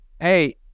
hey